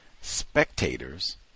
spectators